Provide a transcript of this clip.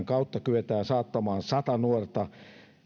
kautta kyetään saattamaan sata nuorta